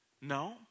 No